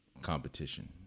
competition